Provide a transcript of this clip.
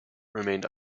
remained